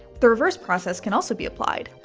the reverse process can also be applied.